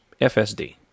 FSD